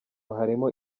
harimo